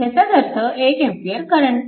ह्याचाच अर्थ 1A current